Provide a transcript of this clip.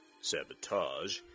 sabotage